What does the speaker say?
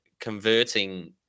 converting